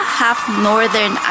half-Northern